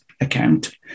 account